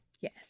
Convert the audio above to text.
Yes